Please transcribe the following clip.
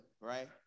right